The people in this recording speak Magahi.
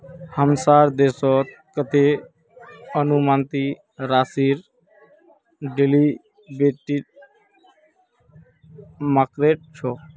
हमसार देशत कतते अनुमानित राशिर डेरिवेटिव मार्केट छ